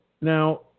Now